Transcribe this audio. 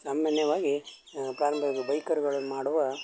ಸಾಮಾನ್ಯವಾಗಿ ಪ್ರಾರಂಭ ಬೈಕರ್ಗಳು ಮಾಡುವ